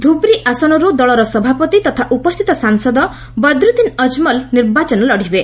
ଧୁବ୍ରି ଆସନରୁ ଦଳର ସଭାପତି ତଥା ଉପସ୍ଥିତ ସାଂସଦ ବଦ୍ରୁଦିନ ଅକ୍ମଲ୍ ନିର୍ବାଚନ ଲଢ଼ିବେ